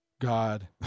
God